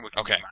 Okay